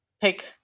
Pick